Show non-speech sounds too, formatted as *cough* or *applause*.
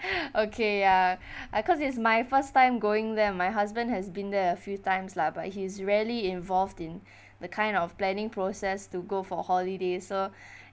okay ya *breath* I cause it's my first time going there my husband has been there a few times lah but he's rarely involved in *breath* the kind of planning process to go for holiday so *breath*